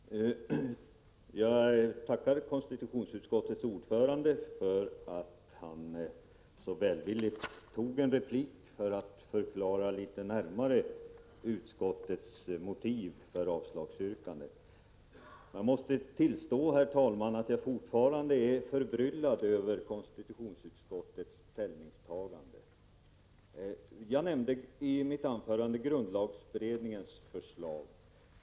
Herr talman! Jag tackar konstitutionsutskottets ordförande för att han i en replik så välvilligt förklarade litet närmare utskottets motiv för avslag på mitt yrkande. Jag måste dock tillstå att jag fortfarande är förbryllad över konstitutionsutskottets ställningstagande. Jag nämnde i mitt anförande grundlagberedningens förslag.